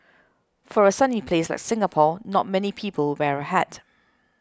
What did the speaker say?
for a sunny place like Singapore not many people wear a hat